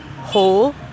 whole